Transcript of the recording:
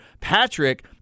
Patrick